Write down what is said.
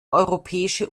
europäische